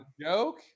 joke